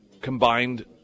combined